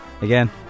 Again